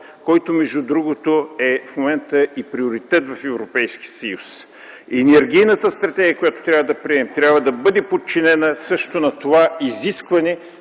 който, между другото, в момента е и приоритет в Европейския съюз. Енергийната стратегия, която трябва да приемем, трябва да бъде подчинена също на това изискване